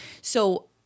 So-